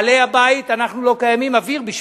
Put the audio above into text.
בעלי-הבית, אנחנו לא קיימים, אוויר בשבילם.